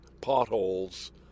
potholes